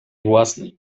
własnej